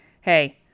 hey